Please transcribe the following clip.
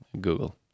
Google